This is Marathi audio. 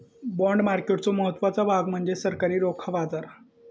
बाँड मार्केटचो महत्त्वाचो भाग म्हणजे सरकारी रोखा बाजार